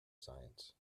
science